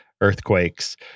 earthquakes